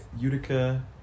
utica